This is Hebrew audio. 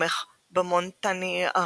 לתומך במונטניארדים.